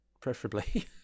preferably